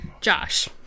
Josh